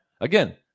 Again